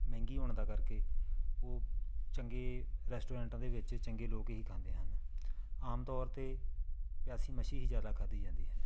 ਮਹਿੰਗੀ ਹੋਣ ਦਾ ਕਰਕੇ ਉਹ ਚੰਗੇ ਰੈਸਟੋਰੈਂਟਾਂ ਦੇ ਵਿੱਚ ਚੰਗੇ ਲੋਕ ਹੀ ਖਾਂਦੇ ਹਨ ਆਮ ਤੌਰ 'ਤੇ ਪਿਆਸੀ ਮੱਛੀ ਹੀ ਜ਼ਿਆਦਾ ਖਾਦੀ ਜਾਂਦੀ ਹੈ